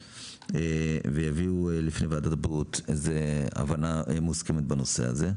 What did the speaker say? ויביאו לוועדת הבריאות הבנה מוסכמת בנושא הזה,